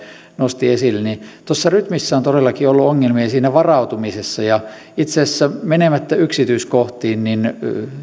nosti esille tuossa rytmissä on todellakin ollut ongelmia ja siinä varautumisessa ja itse asiassa menemättä yksityiskohtiin